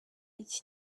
iki